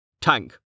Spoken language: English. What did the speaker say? Tank